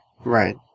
right